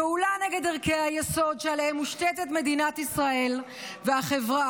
פעולה נגד ערכי היסוד שעליהם מושתתת מדינת ישראל והחברה,